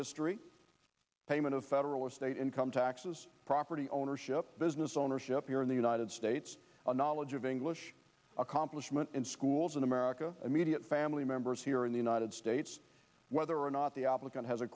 history payment of federal or state income taxes property ownership business ownership here in the united states a knowledge of english accomplishment in schools in america immediate family members here in the united states whether or not the applicant has a